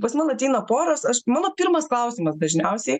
pas man atreina poros aš mano pirmas klausimas dažniausiai